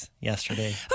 yesterday